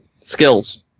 Skills